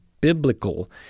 biblical